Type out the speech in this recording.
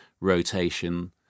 rotation